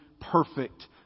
perfect